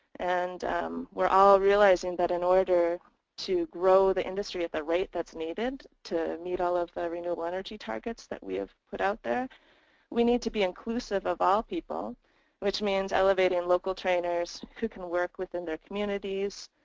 and we're all realizing that in order to grow the industry at the rate that's needed to meet all of the renewable energy targets that we have put out there we need to be inclusive of all people which means elevating local trainers who can work within their communities